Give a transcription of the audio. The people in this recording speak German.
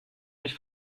mich